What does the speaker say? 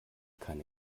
keine